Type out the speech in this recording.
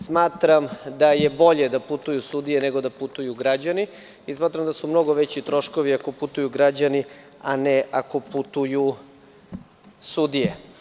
Smatram da je bolje da putuju sudije a ne građani, jer su mnogo veći troškovi ako putuju građani, a ne ako putuju sudije.